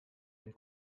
dem